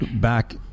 back